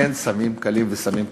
אין סמים קלים וסמים קשים.